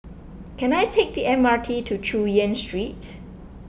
can I take the M R T to Chu Yen Street